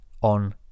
on